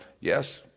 yes